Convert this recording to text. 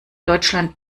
deutschland